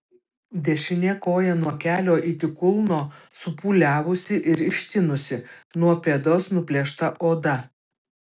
dešinė koja nuo kelio iki kulno supūliavusi ir ištinusi nuo pėdos nuplėšta oda